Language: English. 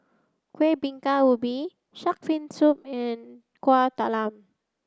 Kueh Bingka Ubi Shark's Fin soup and Kueh Talam